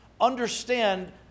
understand